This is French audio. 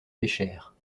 pêchèrent